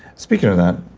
speaking of that,